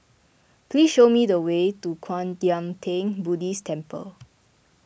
please show me the way to Kwan Yam theng Buddhist Temple